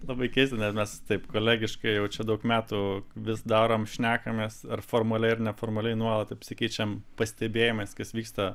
labai keista nes mes taip kolegiškai jau čia daug metų vis darom šnekamės ir formaliai ir neformaliai nuolat apsikeičiam pastebėjimais kas vyksta